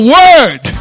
word